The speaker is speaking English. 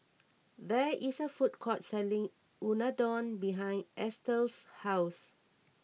there is a food court selling Unadon behind Estel's house